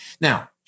Now